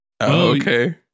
okay